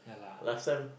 last time